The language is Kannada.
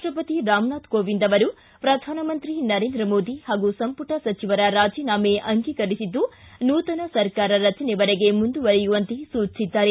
ರಾಷ್ಷಪತಿ ರಾಮನಾಥ್ ಕೊವಿಂದ್ ಅವರು ಪ್ರಧಾನಮಂತ್ರಿ ನರೇಂದ್ರ ಮೋದಿ ಹಾಗೂ ಸಂಪುಟ ಸಚಿವರ ರಾಜೀನಾಮೆ ಅಂಗೀಕರಿಸಿದ್ದು ನೂತನ ಸರ್ಕಾರ ರಚನೆವರೆಗೆ ಮುಂದುವರಿಯುವಂತೆ ಸೂಚಿಸಿದ್ದಾರೆ